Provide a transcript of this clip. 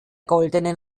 goldenen